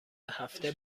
هفته